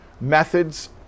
methods